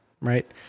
right